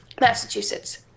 Massachusetts